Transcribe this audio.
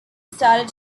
started